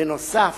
בנוסף,